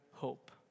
hope